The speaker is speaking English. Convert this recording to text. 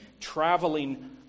traveling